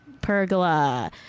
Pergola